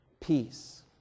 peace